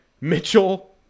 Mitchell